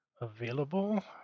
available